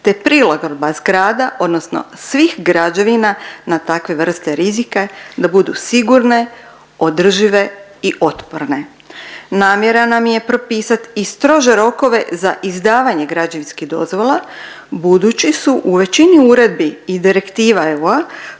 te prilagodba zgrada odnosno svih građevina na takve vrste rizika da budu sigurne, održive i otporne. Namjera nam je propisat i strože rokove za izdavanje građevinskih dozvola budući su u većini uredbi i direktiva EU-a